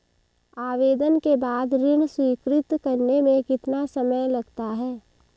आवेदन के बाद ऋण स्वीकृत करने में कितना समय लगता है?